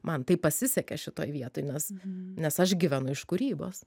man taip pasisekė šitoj vietoj nes nes aš gyvenu iš kūrybos